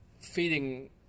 feeding